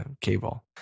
Cable